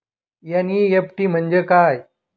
NEFT म्हणजे काय?